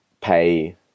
pay